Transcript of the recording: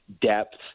depth